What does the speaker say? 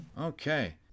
Okay